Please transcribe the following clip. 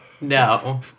No